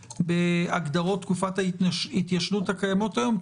בהגדרות תקופות ההתיישנות הקיימות היום,